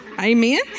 Amen